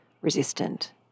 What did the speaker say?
resistant